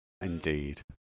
Indeed